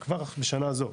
כבר בשנה הזו,